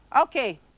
Okay